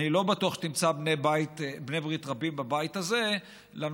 אני לא בטוח שתמצא בני ברית רבים בבית הזה לנושא